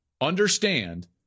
understand